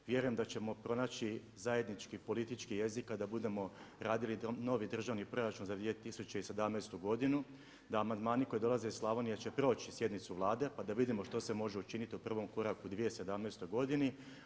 Vjerujem da ćemo pronaći zajednički politički jezik kada budemo radili novi državni proračun za 2017. godinu, da amandmani koji dolaze iz Slavonije će proći sjednicu Vlade, pa da vidimo što se može učiniti u prvom koraku u 2017. godini.